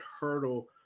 hurdle